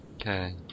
Okay